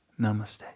namaste